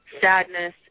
sadness